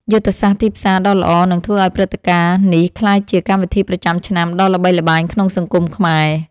យុទ្ធសាស្ត្រទីផ្សារដ៏ល្អនឹងធ្វើឱ្យព្រឹត្តិការណ៍នេះក្លាយជាកម្មវិធីប្រចាំឆ្នាំដ៏ល្បីល្បាញក្នុងសង្គមខ្មែរ។